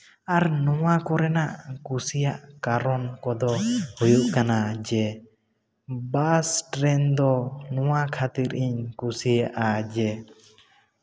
ᱟᱨ ᱱᱚᱣᱟ ᱠᱚᱨᱮᱭᱟᱜ ᱠᱩᱥᱤᱭᱟᱜ ᱠᱟᱨᱚᱱ ᱠᱚᱫᱚ ᱦᱩᱭᱩᱜ ᱠᱟᱱᱟ ᱡᱮ ᱵᱟᱥ ᱴᱨᱮᱱ ᱫᱚ ᱱᱚᱣᱟ ᱠᱷᱟᱹᱛᱤᱨ ᱤᱧ ᱠᱩᱥᱤᱭᱟᱜᱼᱟ ᱡᱮ